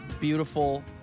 beautiful